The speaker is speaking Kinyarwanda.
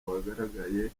wagaragaye